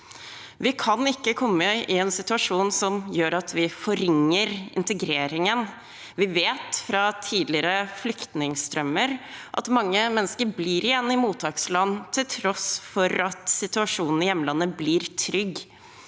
Vi kan ikke komme i en situasjon som gjør at vi forringer integreringen. Vi vet fra tidligere flyktningstrømmer at mange mennesker blir igjen i mottaksland, til tross for at situasjonen i hjemlandet blir trygg.